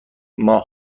ماه